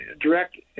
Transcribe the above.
direct